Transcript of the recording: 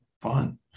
fun